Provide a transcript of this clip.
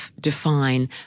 define